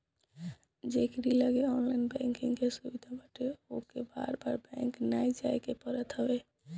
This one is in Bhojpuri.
जेकरी लगे ऑनलाइन बैंकिंग के सुविधा बाटे ओके बार बार बैंक नाइ जाए के पड़त हवे